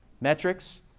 Metrics